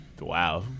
Wow